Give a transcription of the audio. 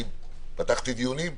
פתחתי דיונים,